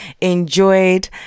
enjoyed